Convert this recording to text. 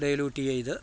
dilute ചെയ്ത്